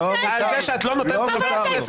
על זה שאת לא נותנת לחבר כנסת לדבר.